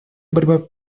борьба